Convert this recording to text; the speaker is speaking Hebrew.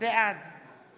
בעד